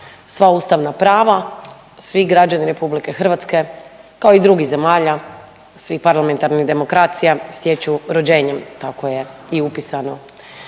sva ustavna prava svi građani RH kao i drugih zemlja, svih parlamentarnih demokracija stječu rođenjem. Tako je upisano